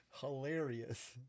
Hilarious